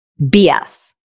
BS